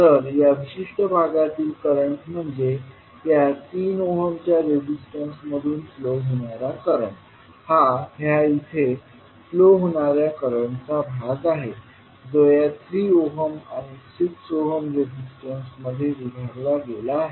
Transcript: तर या विशिष्ट भागातील करंट म्हणजेच या 3 ओहमच्या रेजिस्टन्स मधून फ्लो होणारा करंट हा ह्या इथे फ्लो होणाऱ्या करंटचा भाग आहे जो या 3 ओहम आणि 6 ओहम रेजिस्टन्स मध्ये विभागला गेला आहे